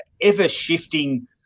ever-shifting